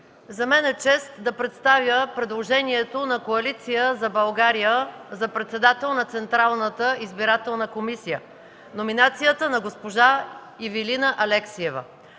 За мен е част да представя предложението на Коалиция за България за председател на Централната избирателна комисия – номинацията на госпожа Ивилина Алексиева.